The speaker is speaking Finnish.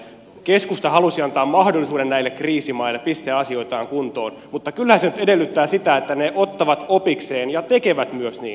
keskusta halusi antaa näille kriisimaille mahdollisuuden pistää asioitaan kuntoon mutta kyllähän se nyt edellyttää sitä että ne ottavat opikseen ja tekevät myös niin